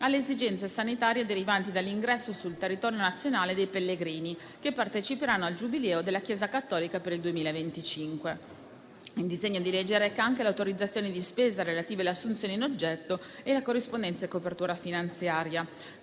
alle esigenze sanitarie derivanti dall'ingresso sul territorio nazionale dei pellegrini che parteciperanno al Giubileo della Chiesa cattolica per il 2025. Il disegno di legge reca anche le autorizzazioni di spesa relative alle assunzioni in oggetto e la corrispondente copertura finanziaria.